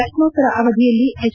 ಪ್ರಶ್ನೋತ್ತರ ಅವಧಿಯಲ್ಲಿ ಎಚ್